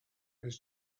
his